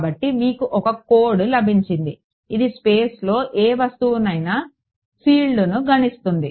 కాబట్టి మీకు ఒక కోడ్ లభించింది ఇది స్పేస్లోని ఏ సమయంలోనైనా ఫీల్డ్ను గణిస్తుంది